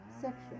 section